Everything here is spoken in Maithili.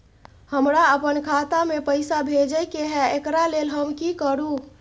हमरा अपन खाता में पैसा भेजय के है, एकरा लेल हम की करू?